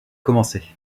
commencer